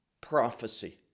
prophecy